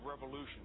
revolution